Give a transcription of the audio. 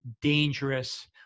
dangerous